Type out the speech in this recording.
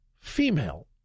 female